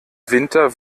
winter